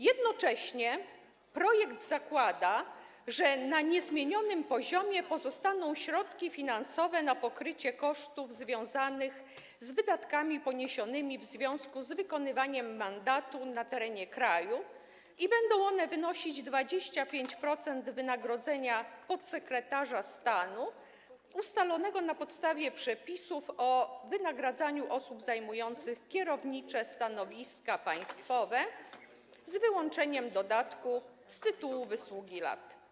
Jednocześnie projekt zakłada, że na niezmienionym poziomie pozostaną środki finansowe na pokrycie kosztów związanych z wydatkami poniesionymi w związku z wykonywaniem mandatu na terenie kraju i będą one wynosić 25% wynagrodzenia podsekretarza stanu, ustalonego na podstawie przepisów o wynagradzaniu osób zajmujących kierownicze stanowiska państwowe, z wyłączeniem dodatku z tytułu wysługi lat.